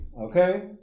Okay